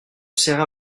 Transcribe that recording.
serra